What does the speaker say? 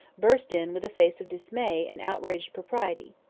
burst in with a face of dismay and outraged propriety.